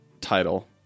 title